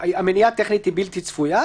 המניעה הטכנית היא בלתי צפויה,